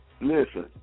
Listen